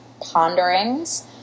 Ponderings